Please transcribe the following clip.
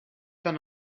than